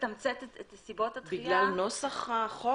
בגלל נוסח החוק?